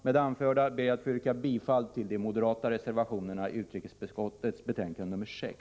Med det anförda ber jag att få yrka bifall till de moderata reservationerna i utrikesutskottets betänkande nr 6.